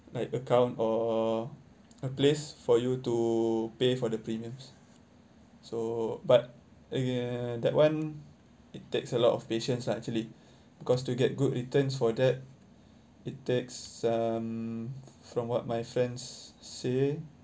like account or a place for you to pay for the premiums so but !aiya! that one it takes a lot of patience lah actually because to get good returns for that it takes um from what my friends say